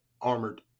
armored